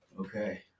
Okay